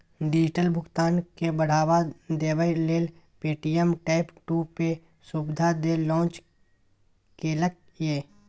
digital भुगतान केँ बढ़ावा देबै लेल पे.टी.एम टैप टू पे सुविधा केँ लॉन्च केलक ये